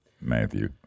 Matthew